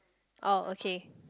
oh okay